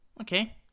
Okay